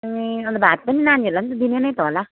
ए अनि त भात पनि नानीहरूलाई पनि त दिने नै त होला